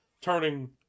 turning